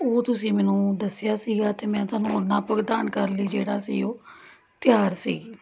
ਉਹ ਤੁਸੀਂ ਮੈਨੂੰ ਦੱਸਿਆ ਸੀਗਾ ਅਤੇ ਮੈਂ ਤੁਹਾਨੂੰ ਓਨਾ ਭੁਗਤਾਨ ਕਰਨ ਲਈ ਜਿਹੜਾ ਸੀ ਉਹ ਤਿਆਰ ਸੀਗੀ